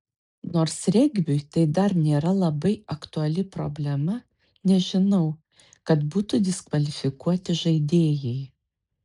nors regbiui tai dar nėra labai aktuali problema nežinau kad būtų diskvalifikuoti žaidėjai